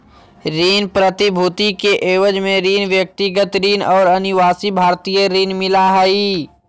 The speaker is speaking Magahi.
ऋण प्रतिभूति के एवज में ऋण, व्यक्तिगत ऋण और अनिवासी भारतीय ऋण मिला हइ